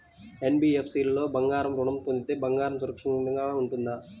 NBFC లో బంగారు ఋణం పొందితే బంగారం సురక్షితంగానే ఉంటుందా?